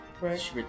right